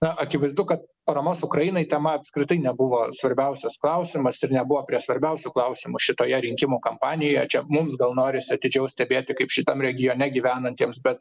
na akivaizdu kad paramos ukrainai tema apskritai nebuvo svarbiausias klausimas ir nebuvo prie svarbiausių klausimų šitoje rinkimų kampanijoje čia mums gal norisi atidžiau stebėti kaip šitam regione gyvenantiems bet